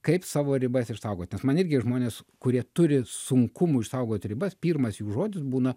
kaip savo ribas išsaugot nes man irgi žmonės kurie turi sunkumų išsaugot ribas pirmas jų žodis būna